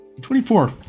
Twenty-four